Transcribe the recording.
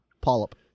Polyp